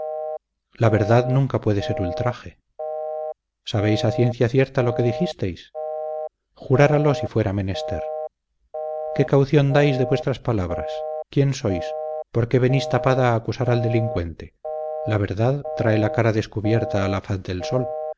la verdad nunca puede ser ultraje sabéis a ciencia cierta lo que dijisteis juráralo si fuera menester que caución dais de vuestras palabras quién sois por qué venís tapada a acusar al delincuente la verdad trae la cara descubierta a la faz del sol